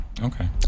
Okay